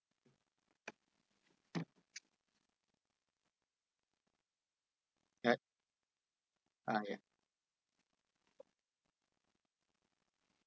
ya ah ya